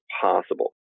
possible